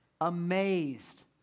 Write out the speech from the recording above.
amazed